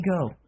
go